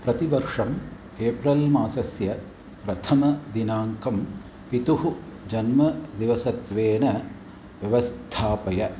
प्रतिवर्षम् एप्रल् मासस्य प्रथमदिनाङ्कं पितुः जन्मदिवसत्वेन व्यवस्थापय